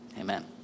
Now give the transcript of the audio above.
Amen